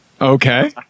okay